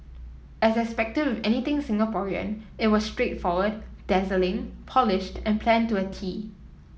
as expected anything Singaporean it was straightforward dazzling polished and planned to a tee